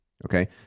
Okay